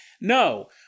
No